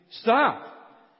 stop